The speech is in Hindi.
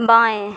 बाएं